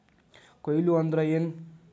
ಕೊಯ್ಲು ಅಂದ್ರ ಏನ್?